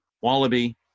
Wallaby